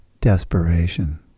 desperation